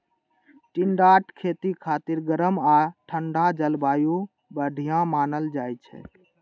टिंडाक खेती खातिर गरम आ ठंढा जलवायु बढ़िया मानल जाइ छै